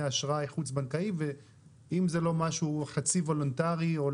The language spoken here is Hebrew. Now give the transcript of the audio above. אשראי חוץ בנקאיים ואם זה לא משהו חצי וולונטרי או